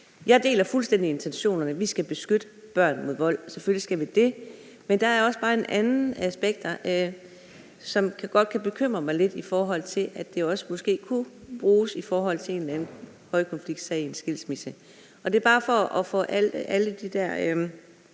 Jeg deler fuldstændig intentionerne. Vi skal beskytte børn mod vold. Selvfølgelig skal vi det. Der er bare også nogle andre aspekter, som godt kan bekymre mig lidt, i forhold til at det måske kunne bruges i forhold til en eller anden højkonfliktsag i en skilsmisse. Det er bare for at få alle de der